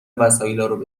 وسایلارو